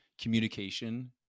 Communication